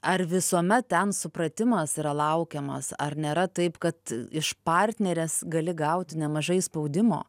ar visuomet ten supratimas yra laukiamas ar nėra taip kad iš partnerės gali gauti nemažai spaudimo